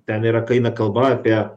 ten yra kai eina kalba apie